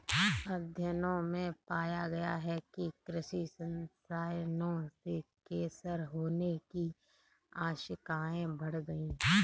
अध्ययनों में पाया गया है कि कृषि रसायनों से कैंसर होने की आशंकाएं बढ़ गई